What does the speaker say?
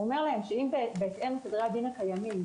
הוא אומר להם שבהתאם לסדרי הדין הקיימים,